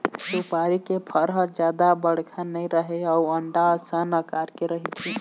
सुपारी के फर ह जादा बड़का नइ रहय अउ अंडा असन अकार के रहिथे